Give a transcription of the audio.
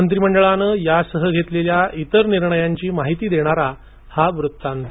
मंत्रीमंडळानं यासह घेतलेल्या इतर निर्णयांची माहिती देणारा हा वृत्तांत